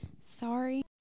sorry